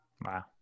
Wow